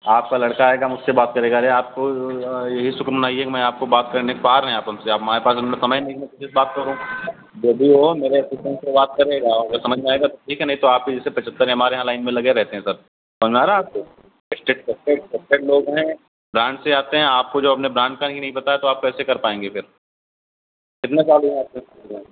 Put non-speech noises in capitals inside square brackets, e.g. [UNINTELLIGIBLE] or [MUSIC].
आपका लड़का आएगा मुझसे बात करेगा अरे आपको यही शुक्र मनाइए कि मैं आपको बात करने के पा रहे हैं आप हमसे अब हमाए पास इतना समय नहीं है किसी से बात करूँ जो भी हो मेरे असिस्टेंस से बात करेगा अगर समझ में आएगा तो ठीक है नहीं तो आपके जैसे पचहत्तर हमारे यहाँ लाइन में लगे रहते हैं सब समझ में आ रहा है आपको ट्रस्टेड ट्रस्टेड ट्रस्टेड लोग हैं ब्राण्ड से आते हैं आपको जो है अपने ब्राण्ड का ही नहीं पता है तो आप कैसे कर पाएँगे फिर [UNINTELLIGIBLE] फिर